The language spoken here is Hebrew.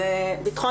המשרד לבטחון